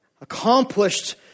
accomplished